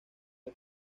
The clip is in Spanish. del